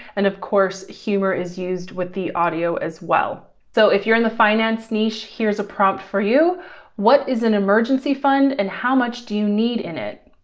and of course, humor is used with the audio as well. so if you're in the finance niche, here's a prompt for you what is an emergency fund and how much do you need in it?